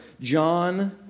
John